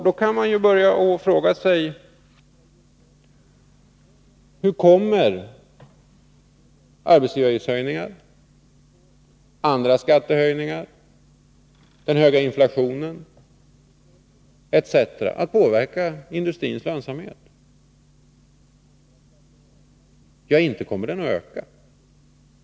Då kan man fråga sig: Hur kommer höjningen av arbetsgivaravgifterna, skattehöjningar, den höga inflationen etc. att påverka industrins lönsamhet? Ja, inte kommer den att ökas.